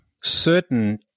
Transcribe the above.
certain